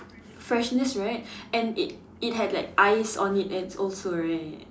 freshness right and it it had like ice on it and also right